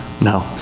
no